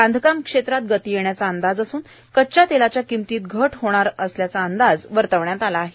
बांधकाम क्षेत्रात गती येण्याचा अंदाज असून कच्च्या तेलाच्या किंमतीत घट होणार असल्याचा अंदाज वर्तवण्यात आलं आहे